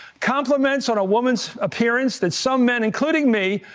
compliments on a woman's appearance that some men, including me,